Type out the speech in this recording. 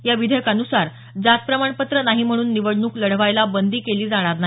या विधेयकानुसार जात प्रमाणपत्र नाही म्हणून निवडणूक लढवायला बंदी केली जाणार नाही